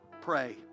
pray